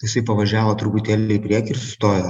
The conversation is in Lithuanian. jisai pavažiavo truputėlį į priekį ir sustojo